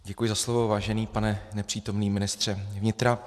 Děkuji za slovo, vážený pane nepřítomný ministře vnitra.